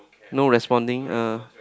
no responding ah